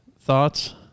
thoughts